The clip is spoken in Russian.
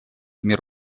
мир